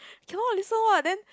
cannot listen what then